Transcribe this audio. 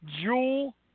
Jewel